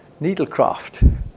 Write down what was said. needlecraft